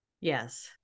yes